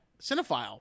Cinephile